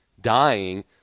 dying